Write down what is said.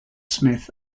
smith